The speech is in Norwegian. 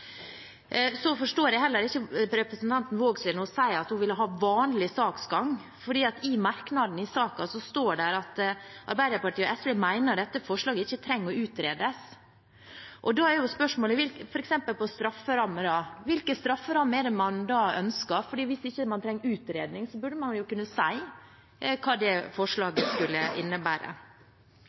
forstår heller ikke representanten Vågslid når hun sier at hun vil ha vanlig saksgang, for i merknadene til saken står det at Arbeiderpartiet og SV mener at dette forslaget ikke trenger å utredes. Da er spørsmålet, f.eks. om strafferammer: Hvilke strafferammer ønsker man da? Hvis man ikke trenger en utredning, burde man jo kunne si hva det forslaget skulle innebære.